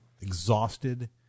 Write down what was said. exhausted